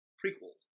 prequel